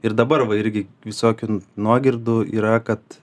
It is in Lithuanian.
ir dabar va irgi visokių nuogirdų yra kad